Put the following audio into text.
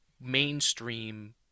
mainstream